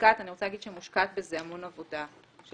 אני רוצה להגיד שמושקעת בזה המון עבדה של